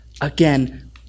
again